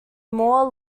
more